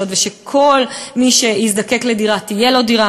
ושכל מי שיזדקק לדירה תהיה לו דירה,